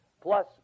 plus